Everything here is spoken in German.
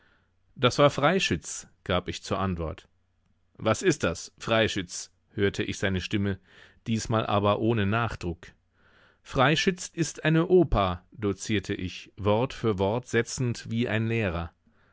das war freischütz gab ich zur antwort was ist das freischütz hörte ich seine stimme diesmal aber ohne nachdruck freischütz ist eine oper dozierte ich wort für wort setzend wie ein lehrer